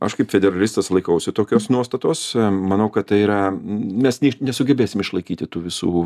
aš kaip federalistas laikausi tokios nuostatos manau kad tai yra mes nesugebėsim išlaikyti tų visų